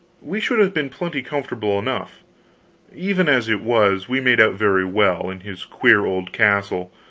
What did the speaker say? we should have been plenty comfortable enough even as it was, we made out very well, in his queer old castle,